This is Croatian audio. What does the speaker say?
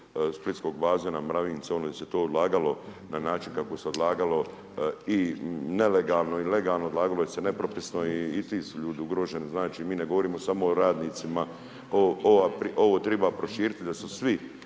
Splitskog bazena, Mravince, gdje se to odlagalo na način kako se odlagalo i nelegalno i legalno, odlagalo se nepropisno i ti su ljudi ugroženi, znači, mi ne govorimo samo o radnicima. Ovo triba proširiti da su svi